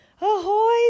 Ahoy